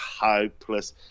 hopeless